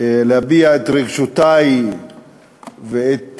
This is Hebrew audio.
להביע את רגשותי ואת